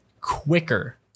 quicker